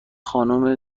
خانم